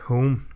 Home